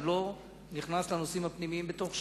אני לא נכנס לנושאים הפנימיים בתוך ש"ס,